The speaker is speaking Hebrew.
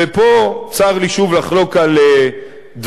ופה צר לי שוב לחלוק על דבריך,